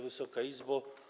Wysoka Izbo!